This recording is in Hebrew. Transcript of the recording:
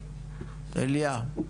אליה.